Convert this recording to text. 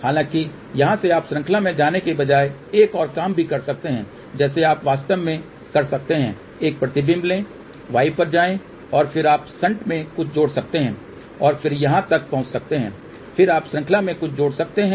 हालांकि यहां से आप श्रृंखला में जाने के बजाय एक और काम भी कर सकते हैं जैसे आप वास्तव में कर सकते हैं एक प्रतिबिंब लें y पर जाएं और फिर आप शंट में कुछ जोड़ सकते हैं और फिर यहां तक पहुंच सकते हैं फिर आप श्रृंखला में कुछ जोड़ सकते हैं